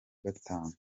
gatanu